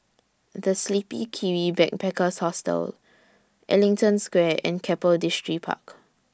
The Sleepy Kiwi Backpackers Hostel Ellington Square and Keppel Distripark